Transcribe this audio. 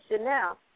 now